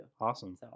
Awesome